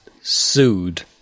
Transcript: sued